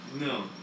No